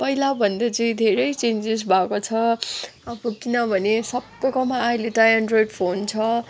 पहिलाभन्दा चाहिँ धेरै चेन्जेस भएको छ अब किनभने सबैकोमा अहिले त एन्ड्रोयड फोन छ